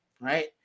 right